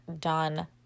done